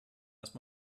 erst